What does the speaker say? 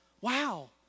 Wow